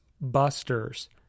busters